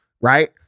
right